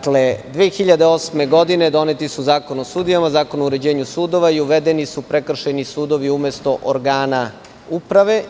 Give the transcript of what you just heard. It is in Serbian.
Godine 2008. doneti su Zakon o sudijama, Zakon o uređenju sudova i uvedeni su prekršajni sudovi umesto organa uprave.